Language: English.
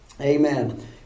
Amen